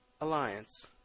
Alliance